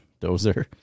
Dozer